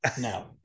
No